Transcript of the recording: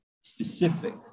specific